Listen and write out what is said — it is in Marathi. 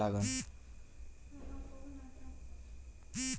वावरावर कर्ज घेतल्यावर मले कितीक व्याज लागन?